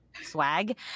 swag